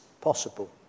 possible